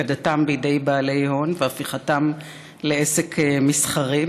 הפקדתם בידי בעלי הון והפיכתם לעסק מסחרי,